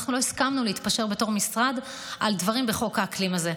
אנחנו לא הסכמנו להתפשר בתור משרד על דברים בחוק האקלים הזה.